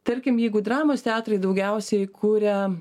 tarkim jeigu dramos teatrai daugiausiai kuria